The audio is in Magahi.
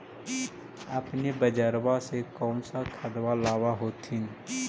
अपने बजरबा से कौन सा खदबा लाब होत्थिन?